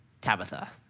Tabitha